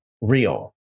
real